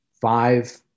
five